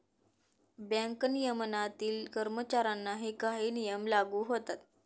bank नियमनातील कर्मचाऱ्यांनाही काही नियम लागू होतात